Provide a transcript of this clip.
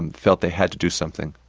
and felt they had to do something.